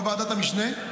בוועדת המשנה,